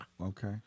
Okay